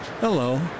Hello